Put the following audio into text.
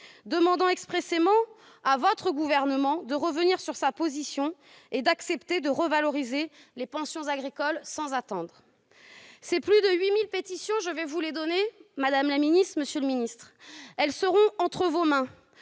demandant expressément à votre gouvernement de revenir sur sa position et d'accepter de revaloriser les pensions agricoles sans attendre. Ces plus de 8 000 pétitions, je vais vous les remettre, madame la ministre, monsieur le secrétaire d'État. Elles seront entre vos mains,